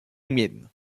mien